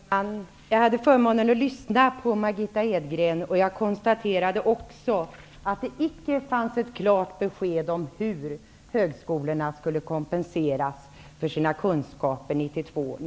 Fru talman! Jag hade förmånen att lyssna på Margitta Edgren. Jag konstaterade att det icke fanns ett klart besked om hur högskolorna skulle kompenseras för sina kostnader 1992/93.